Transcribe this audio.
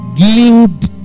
glued